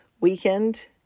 weekend